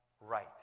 right